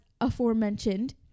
aforementioned